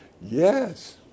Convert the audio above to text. Yes